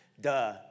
duh